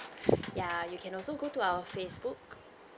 ya you can also go to our facebook